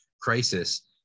crisis